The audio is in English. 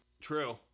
True